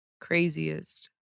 craziest